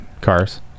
cars